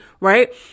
right